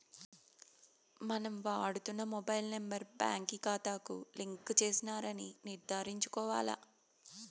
మనం వాడుతున్న mobile number బాంకీ కాతాకు లింక్ చేసినారని నిర్ధారించుకోవాల్ల